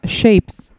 shapes